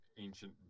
Ancient